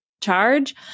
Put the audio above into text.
charge